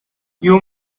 you